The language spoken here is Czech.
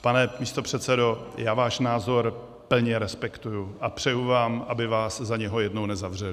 Pane místopředsedo, já váš názor plně respektuji a přeji vám, aby vás za něj jednou nezavřeli.